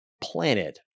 planet